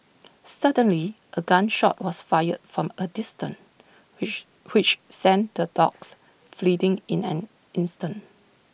suddenly A gun shot was fired from A distance which which sent the dogs in an instant